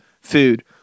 food